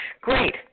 Great